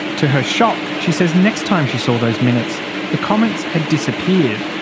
to her shock, she says next time she saw those minutes the comments had disappeared.